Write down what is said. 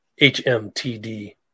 HMTD